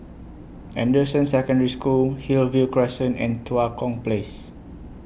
Anderson Secondary School Hillview Crescent and Tua Kong Place